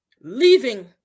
leaving